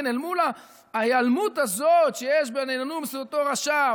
אל מול ההיעלמות הזאת שיש ב"נהנו מסעודתו של אותו רשע"